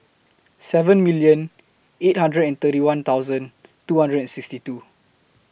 seven million eight hundred and thirty one thousand two hundred and sixty two